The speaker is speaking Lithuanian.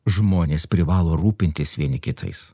žmonės privalo rūpintis vieni kitais